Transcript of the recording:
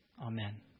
Amen